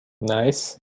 Nice